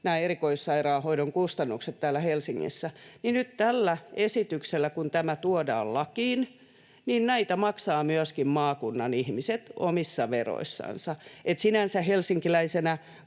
nämä erikoissairaanhoidon kustannukset täällä Helsingissä, niin nyt tällä esityksellä, kun tämä tuodaan lakiin, näitä maksavat myöskin maakunnan ihmiset omissa veroissansa. Sinänsä helsinkiläisenä